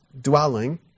dwelling